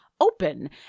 open